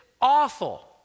awful